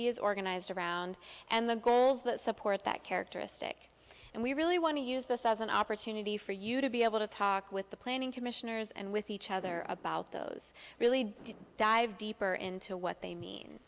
v is organized around and the goals that support that characteristic and we really want to use this as an opportunity for you to be able to talk with the planning commissioners and with each other about those really to dive deeper into what they mean